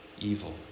evil